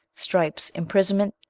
stripes, imprisonment,